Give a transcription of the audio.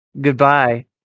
goodbye